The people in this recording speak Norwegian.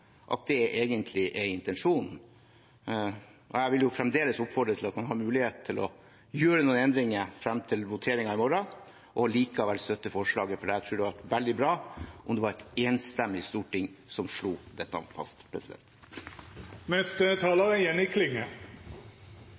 vil fremdeles oppfordre til at man griper muligheten til å gjøre noen endringer frem til voteringen i morgen og likevel støtter forslaget, for jeg tror det ville være veldig bra om et enstemmig storting slår dette fast.